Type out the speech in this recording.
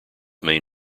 main